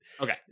Okay